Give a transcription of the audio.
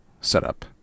setup